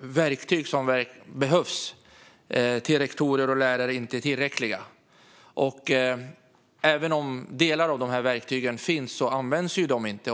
verktyg som behövs till rektorer och lärare inte är tillräckligt. Även om delar av de här verktygen finns används de inte.